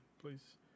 please